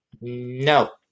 no